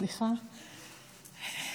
סליחה,